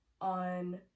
on